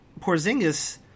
Porzingis